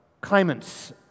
claimants